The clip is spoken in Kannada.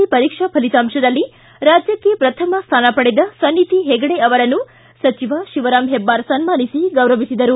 ಸಿ ಪರೀಕ್ಷಾ ಫಲಿತಾಂಶದಲ್ಲಿ ರಾಜ್ಯಕ್ಕೆ ಪ್ರಥಮ ಸ್ಥಾನ ಪಡೆದ ಸನ್ನಿಧಿ ಪೆಗಡೆ ಅವರನ್ನು ಸಚಿವ ಶಿವರಾಮ್ ಹೆಬ್ಬಾರ್ ಸನ್ಮಾನಿಸಿ ಗೌರವಿಸಿದರು